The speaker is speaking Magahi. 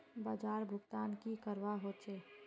बाजार भुगतान की करवा होचे?